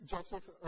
Joseph